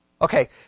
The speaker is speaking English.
Okay